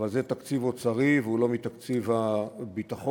אבל זה תקציב אוצרי, והוא לא מתקציב הביטחון.